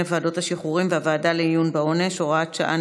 ועדות השחרורים והוועדה לעיון בעונש (הוראת שעה,